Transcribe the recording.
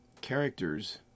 characters